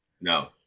no